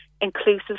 inclusive